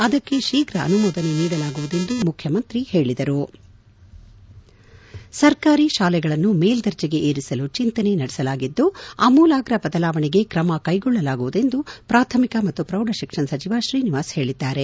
ಅದಕ್ಕೆ ಶೀಘ ಅನುಮೋದನೆ ನೀಡಲಾಗುವುದು ಎಂದು ಮುಖ್ಯಮಂತ್ರಿ ಹೇಳಿದರು ಸರ್ಕಾರಿ ಶಾಲೆಗಳನ್ನು ಮೇಲ್ಬರ್ಜೆಗೇರಿಸಲು ಚಿಂತನೆ ನಡೆಸಲಾಗಿದ್ದು ಆಮೂಲಾಗ್ರ ಬದಲಾವಣೆಗೆ ಕ್ರಮ ಕೈಗೊಳ್ಳಲಾಗುವುದು ಎಂದು ಪ್ರಾಥಮಿಕ ಮತ್ತು ಪ್ರೌಢ ಶಿಕ್ಷಣ ಸಚಿವ ಶ್ರೀನಿವಾಸ್ ಹೇಳಿದ್ದಾರೆ